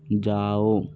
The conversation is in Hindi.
जाओ